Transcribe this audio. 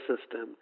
system